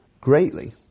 greatly